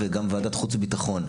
וגם ועדת החוץ והביטחון.